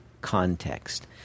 context